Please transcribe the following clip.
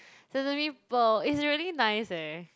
sesame pearl it's really nice leh